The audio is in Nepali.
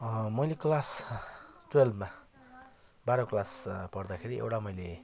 मैले क्लास ट्वेल्भमा बाह्र क्लास पढ्दाखेरि एउटा मैले